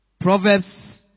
Proverbs